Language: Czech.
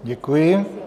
Děkuji.